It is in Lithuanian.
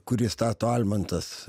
kurį stato almantas